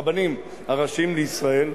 הרבנים הראשיים לישראל,